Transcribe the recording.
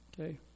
Okay